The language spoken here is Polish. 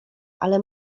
ale